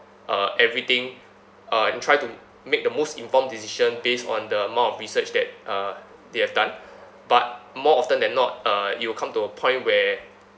uh everything uh and try to make the most informed decision based on the amount of research that uh they have done but more often than not uh you will come to a point where